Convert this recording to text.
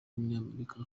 w’umunyamerika